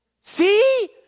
See